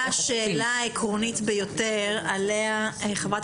פה מגיעה שאלה עקרונית ביותר עליה חברת